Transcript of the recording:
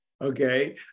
Okay